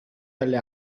dalle